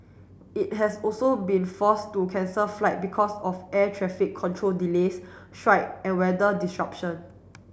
it has also been forced to cancel flight because of air traffic control delays strike and weather disruption